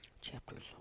chapters